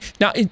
Now